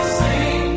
sing